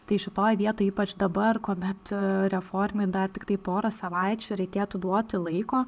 tai šitoj vietoj ypač dabar kuomet reformai dar tiktai porą savaičių reikėtų duoti laiko